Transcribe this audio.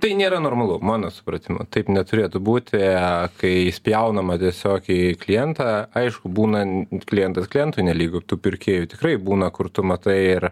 tai nėra normalu mano supratimu taip neturėtų būti kai spjaunama tiesiog į klientą aišku būna klientas klientui nelygu tų pirkėjų tikrai būna kur tu matai ir